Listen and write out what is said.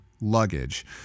luggage